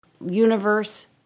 Universe